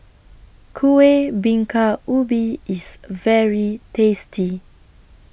Kueh Bingka Ubi IS very tasty